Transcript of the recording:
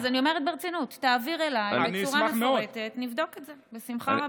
אז אני אומרת ברצינות: תעביר אליי בצורה מפורטת ונבדוק את זה בשמחה רבה.